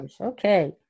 okay